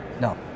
No